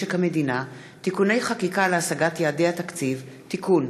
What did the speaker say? במשק המדינה (תיקוני חקיקה להשגת יעדי התקציב) (תיקון,